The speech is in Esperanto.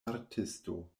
artisto